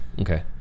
okay